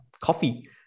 coffee